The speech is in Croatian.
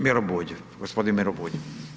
Miro Bulj, g. Miro Bulj.